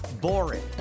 boring